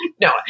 No